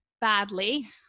badly